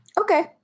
okay